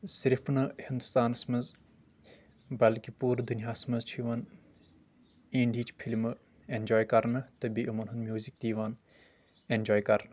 صرف نہٕ ہندوستانس منٛز بلکہِ پوٗرٕ دُنیاہس منٛز چھُ یِوان اِنڈیہِچ فلمہٕ اٮ۪نجاے کرنہٕ تہٕ بیٚیہِ أمن ہُنٛد میوٗزک تہِ یِوان اٮ۪نجاے کرنہٕ